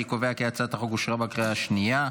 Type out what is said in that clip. אני קובע כי הצעת החוק אושרה בקריאה השנייה.